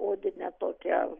odinę tokią